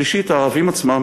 שלישית, הערבים עצמם